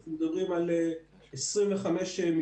אנחנו מדברים על 25 מבנים,